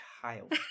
child